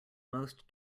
most